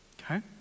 okay